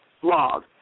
Blog